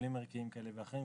משיקולים ערכיים כאלה ואחרים,